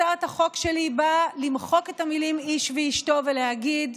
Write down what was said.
הצעת החוק שלי באה למחוק את המילים "איש ואשתו" ולהגיד: